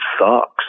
sucks